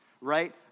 right